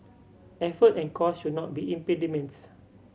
effort and cost should not be impediments